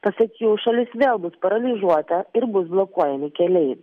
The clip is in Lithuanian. pasak jų šalis vėl bus paralyžuota ir bus blokuojami keliai